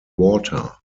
water